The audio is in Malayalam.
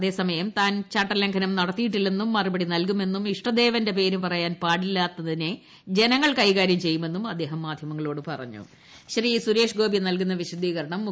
അതേസമയം താൻ ചട്ടലംഘനം നടത്തിയിട്ടില്ലെന്നും മറുപടി നൽകുമെന്നും ഇഷ്ടദേവന്റെ പേര് പറയാൻ പാടില്ലെന്നതിനെ ജനങ്ങൾ കൈകാര്യം ചെയ്യുമെന്നും ക്ക് അദ്ദേഹം മാധ്യമങ്ങളോട് സുരേഷ് ഗോപിക്ട്രിനൽകുന്ന വിശദീകരണം പറഞ്ഞു